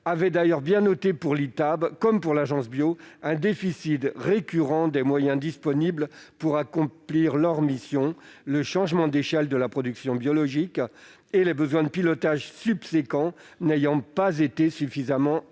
avait d'ailleurs bien noté, pour l'ITAB comme pour l'Agence Bio, un déficit récurrent des moyens disponibles pour accomplir leurs missions, le changement d'échelle de la production biologique et des besoins de pilotage subséquents insuffisamment pris